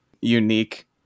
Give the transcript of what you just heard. unique